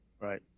Right